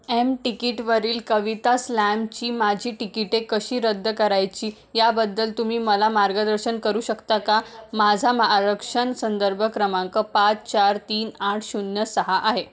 M टिकीटवरील कविता स्लॅमची माझी तिकिटे कशी रद्द करायची याबद्दल तुम्ही मला मार्गदर्शन करू शकता का माझा म आरक्षण संदर्भ क्रमांक पाच चार तीन आठ शून्य सहा आहे